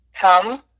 come